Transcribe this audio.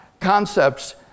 concepts